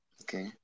Okay